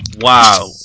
Wow